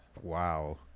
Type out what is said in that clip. Wow